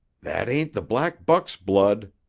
that ain't the black buck's blood,